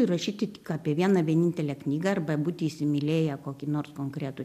rašyti tik apie vieną vienintelę knygą arba būti įsimylėję kokį nors konkretų